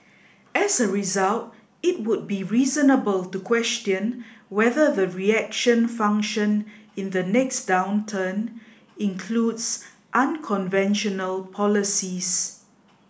as a result it would be reasonable to question whether the reaction function in the next downturn includes unconventional policies